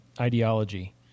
ideology